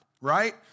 right